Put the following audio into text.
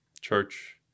church